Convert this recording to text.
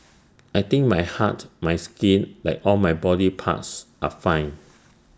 I think my heart my skin like all my body parts are fine